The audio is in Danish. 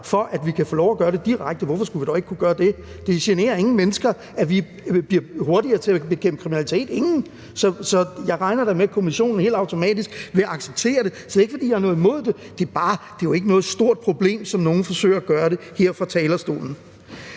for at vi kan få lov at gøre det direkte. Hvorfor skulle vi dog ikke kunne gøre det? Det generer ingen – ingen – mennesker, at vi bliver hurtigere til at bekæmpe kriminalitet. Jeg regner da med, at Kommissionen helt automatisk vil acceptere det, så det er ikke, fordi jeg har noget imod det, det er jo bare ikke noget stort problem, som nogen forsøger at gøre det til her fra talerstolen.